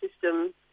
system